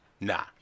nah